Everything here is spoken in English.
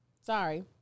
Sorry